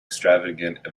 extravagant